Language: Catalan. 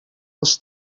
els